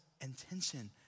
intention